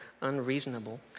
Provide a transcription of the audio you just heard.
unreasonable